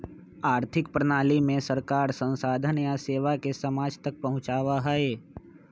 आर्थिक प्रणाली में सरकार संसाधन या सेवा के समाज तक पहुंचावा हई